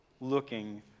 looking